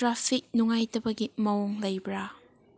traffic ꯅꯨꯡꯉꯥꯏꯔꯕꯒꯤ ꯃꯑꯣꯡ ꯂꯩꯕ꯭ꯔꯥ